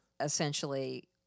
essentially